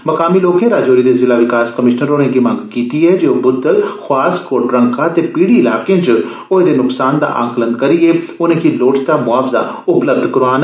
मुकामी लोकें रजौरी दे जिला विकास कमिशनर होरे'गी मंग कीती ऐ जे ओह् बुद्धल ख्वास कोटरका ते पीड़ी इलाके च होए दे नुक्सान दा आकलन करियै उनें'गी लोड़चदा मुआवजा उपलब्ध करोआन